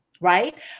right